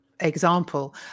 example